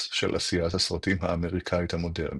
של עשיית הסרטים האמריקאית המודרנית".